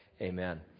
Amen